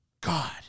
God